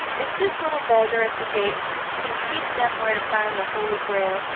if this little beggar at the gate can teach them where to find the holy grail,